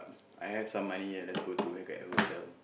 I have some money here let's go to and get a hotel